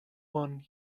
one